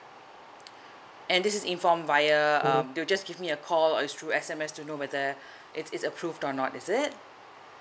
and this is informed via um they will just give me a call or it's through S_M_S to know whether it's it's approved or not is it